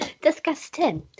Disgusting